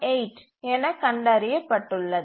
78 என கண்டறியப்பட்டுள்ளது